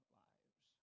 lives